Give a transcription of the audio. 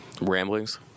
Ramblings